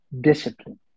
discipline